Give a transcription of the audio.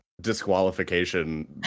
disqualification